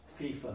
FIFA